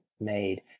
made